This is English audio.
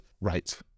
Right